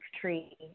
tree